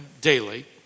daily